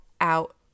out